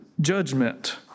judgment